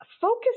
focus